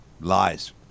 Lies